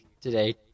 today